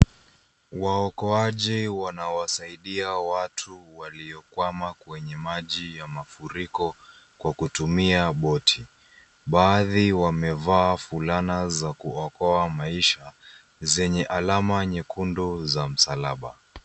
Waokoaji wanawasaidia watu waliokwama kwenye maju ya mafuriko kwa kutumia boti. Baadhi wamevaa fulana za kuokoa maisha zenye alama nyekundu za msalaba.